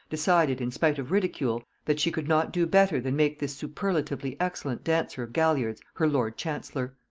decided, in spite of ridicule, that she could not do better than make this superlatively-excellent dancer of galliards her lord-chancellor.